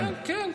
כן, כן.